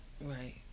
Right